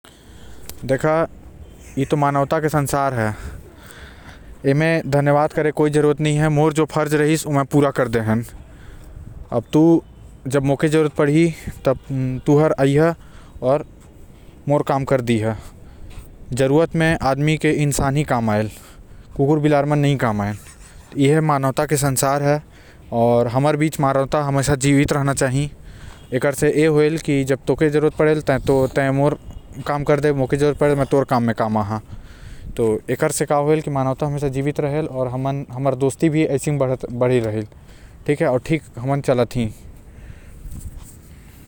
देखा ए त मानवता के संसार हे एमा धन्यवाद करे के कोई जरूरत नो हे। आऊ मोर जो फर्ज रहीस ओ मै पूरा कर देह हो आऊ ए भी सुन ल जब मोला जरूरत पढ़ी त तय मोर मदद कारिया।